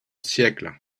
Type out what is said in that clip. siècle